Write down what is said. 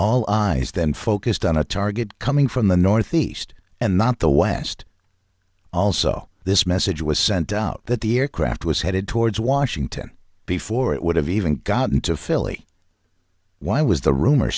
eyes then focused on a target coming from the northeast and not the west also this message was sent out that the aircraft was headed towards washington before it would have even gotten to philly why was the rumor